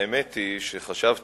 האמת היא שחשבתי